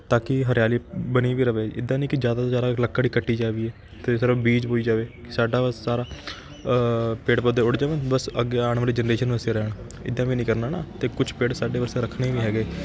ਤਾਂ ਕਿ ਹਰਿਆਲੀ ਬਣੀ ਵੀ ਰਹੇ ਇੱਦਾਂ ਨਹੀਂ ਕਿ ਜ਼ਿਆਦਾ ਤੋਂ ਜ਼ਿਆਦਾ ਲੱਕੜ ਹੀ ਕੱਟੀ ਜਾਵੀਏ ਅਤੇ ਸਿਰਫ਼ ਬੀਜ ਬੋਈ ਜਾਵੇ ਸਾਡਾ ਸਾਰਾ ਪੇੜ ਪੌਦੇ ਉੜ ਜਾਵਣ ਬਸ ਅੱਗੇ ਆਉਣ ਵਾਲੀ ਜੈਨਰੇਸ਼ਨ ਵਾਸਤੇ ਰਹਿਣ ਇੱਦਾਂ ਵੀ ਨਹੀਂ ਕਰਨਾ ਨਾ ਅਤੇ ਕੁਛ ਪੇੜ ਸਾਡੇ ਵਾਸਤੇ ਰੱਖਣੇ ਵੀ ਹੈਗੇ